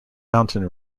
mountain